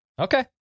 Okay